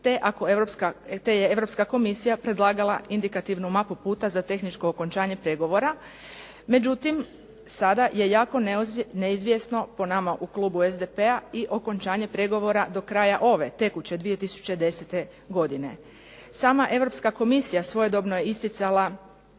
ako je Europska Komisija predlagala indikativnu mapu puta za tehničko okončanje pregovora, međutim sada je jako neizvjesno po nama u klubu SDP-a i okončanje pregovora do kraja ove tekuće 2010. godine. Sama Europska Komisija svojedobno je isticala